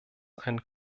einen